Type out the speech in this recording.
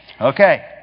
Okay